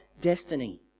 destiny